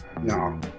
No